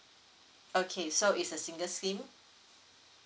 okay so it's a single scheme